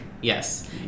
Yes